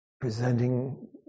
presenting